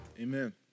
Amen